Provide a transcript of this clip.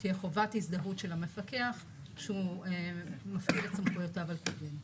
שתהיה חובת הזדהות של המפקח כשהוא מפעיל את סמכויותיו על פי דין.